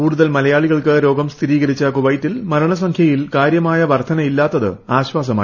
കൂടുതൽ മലയാളികൾക്ക് രോഗം സ്ഥീരികരിച്ച കുവൈറ്റിൽ മരണസംഖ്യയിൽ കാര്യമായ വർദ്ധനയില്ലാത്തത് ആശ്വാസമായി